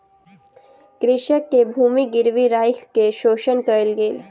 कृषक के भूमि गिरवी राइख के शोषण कयल गेल